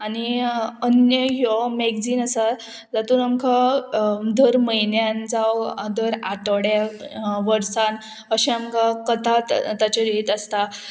आनी अन्यय ह्यो मॅग्जीन आसा जातून आमकां दर म्हयन्यान जावं दर आठोड्यान वर्सान अशें आमकां कथा ताचेर येयत आसता